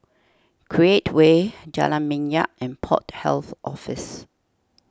Create Way Jalan Minyak and Port Health Office